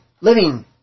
living